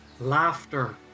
laughter